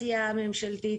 הממשלתית.